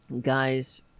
guys